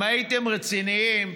אם הייתם רציניים,